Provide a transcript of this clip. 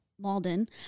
Malden